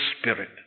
Spirit